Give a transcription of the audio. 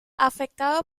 afectado